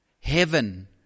Heaven